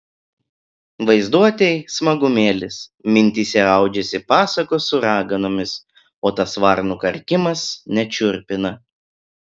vaizduotei smagumėlis mintyse audžiasi pasakos su raganomis o tas varnų karkimas net šiurpina